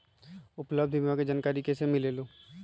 उपलब्ध बीमा के जानकारी कैसे मिलेलु?